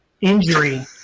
injury